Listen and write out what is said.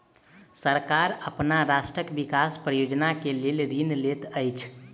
सरकार अपन राष्ट्रक विकास परियोजना के लेल ऋण लैत अछि